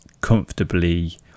comfortably